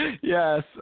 Yes